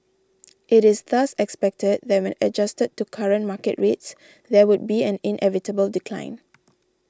it is thus expected that when adjusted to current market rates there would be an inevitable decline